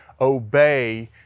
obey